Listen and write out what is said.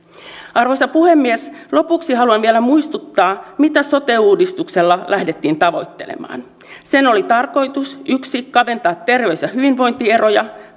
arvoisa puhemies lopuksi haluan vielä muistuttaa mitä sote uudistuksella lähdettiin tavoittelemaan sen oli tarkoitus yksi kaventaa terveys ja hyvinvointieroja